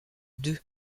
deux